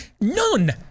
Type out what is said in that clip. none